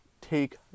take